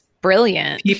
Brilliant